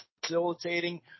facilitating